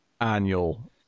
annual